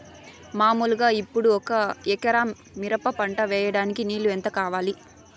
మామూలుగా ఇప్పుడు ఒక ఎకరా మిరప పంట వేయడానికి నీళ్లు ఎంత కావాలి?